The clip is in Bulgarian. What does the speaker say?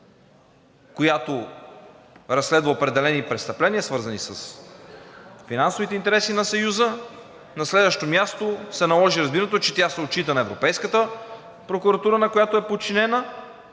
която разследва определени престъпления, свързани с финансовите интереси на Съюза. На следващо място, се наложи разбирането, че тя се отчита на Европейската прокуратура, на която е подчинена